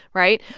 right?